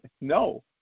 no